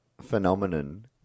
phenomenon